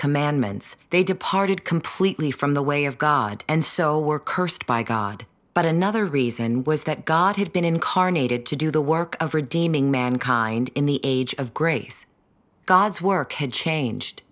commandments they departed completely from the way of god and so were cursed by god but another reason was that god had been incarnated to do the work of redeeming mankind in the age of grace god's work had changed